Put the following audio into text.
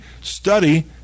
study